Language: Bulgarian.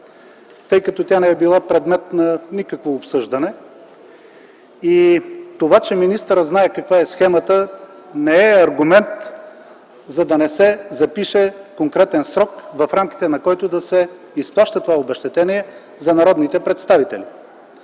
тъй като тя не е била предмет на никакво обсъждане. Това, че той знае каква е схемата, не е аргумент, за да не се запише конкретен срок, в рамките на който да се изплаща това обезщетение за военнослужещите.